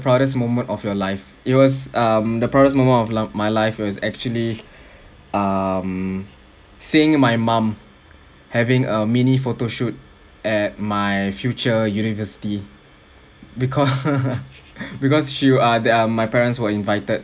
proudest moment of your life it was um the proudest moment of my life was actually um seeing my mum having a mini photoshoot at my future university because because she uh uh my parents were invited